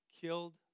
killed